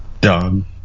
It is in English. Done